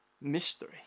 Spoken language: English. mystery